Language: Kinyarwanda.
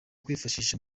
kwifashishwa